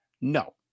No